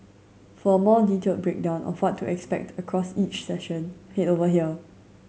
for a more detailed breakdown of what to expect across each session head over here